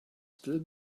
still